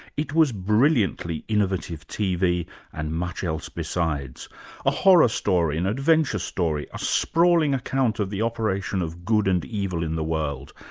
it was brilliantly innovative tv and much else besides a horror story, an adventure story, a sprawling account of the operation of good and evil in the world,